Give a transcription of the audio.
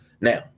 Now